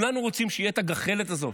כולנו רוצים שתהיה הגחלת הזאת,